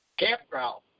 campground